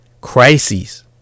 crises